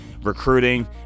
recruiting